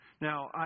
Now